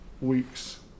weeks